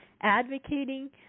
advocating